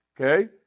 okay